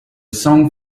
song